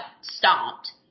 stomped